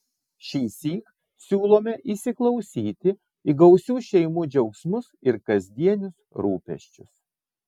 šįsyk siūlome įsiklausyti į gausių šeimų džiaugsmus ir kasdienius rūpesčius